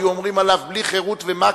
היו אומרים עליו: בלי חירות ומק"י.